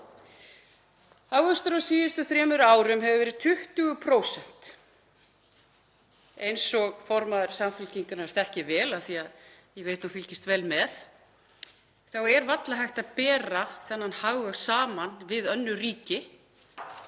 á síðustu þremur árum hefur verið 20%. Eins og formaður Samfylkingarinnar þekkir vel, af því að ég veit að hún fylgist vel með, er varla hægt að bera þennan hagvöxt saman við önnur ríki.